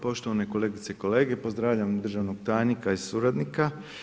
Poštovane kolegice i kolege, pozdravljam državnog tajnika i suradnika.